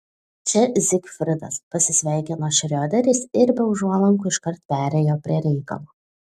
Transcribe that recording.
čia zigfridas pasisveikino šrioderis ir be užuolankų iškart perėjo prie reikalo